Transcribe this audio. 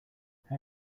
how